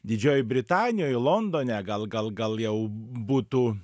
didžiojoj britanijoj londone gal gal gal jau būtų